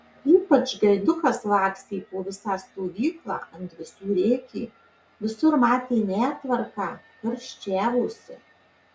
ypač gaidukas lakstė po visą stovyklą ant visų rėkė visur matė netvarką karščiavosi